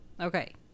okay